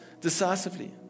decisively